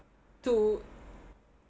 to